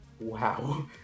Wow